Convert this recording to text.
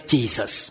Jesus